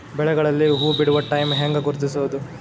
ಬೆಳೆಗಳಲ್ಲಿ ಹೂಬಿಡುವ ಟೈಮ್ ಹೆಂಗ ಗುರುತಿಸೋದ?